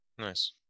Nice